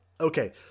Okay